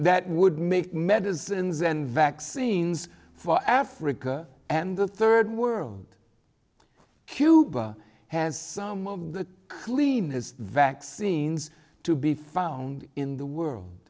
that would make medicines and vaccines for africa and the third world cuba has some of the cleanest vaccines to be found in the world